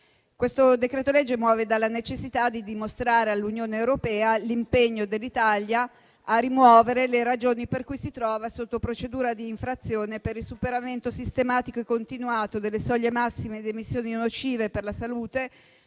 Questo decreto-legge muove dalla necessità di dimostrare all'Unione europea l'impegno dell'Italia a rimuovere le ragioni per cui si trova sotto procedura di infrazione per il superamento sistematico e continuato delle soglie massime di emissioni nocive per la salute,